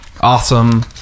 awesome